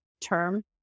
term